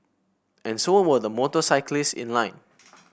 and so were the motorcyclists in line